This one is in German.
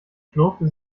schlurfte